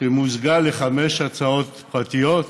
שמוזגה עם חמש הצעות פרטיות,